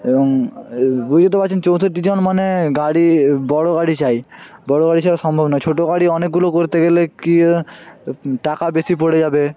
এবং বুঝতেই তো পারছেন চৌষট্টিজন মানে গাড়ি বড় গাড়ি চাই বড় গাড়ি ছাড়া সম্ভব নয় ছোটো গাড়ি অনেকগুলো করতে গেলে কী টাকা বেশি পড়ে যাবে